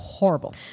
horrible